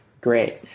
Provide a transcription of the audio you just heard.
Great